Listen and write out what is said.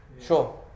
Sure